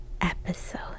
episode